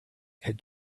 had